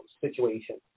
situation